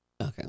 Okay